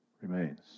remains